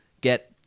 get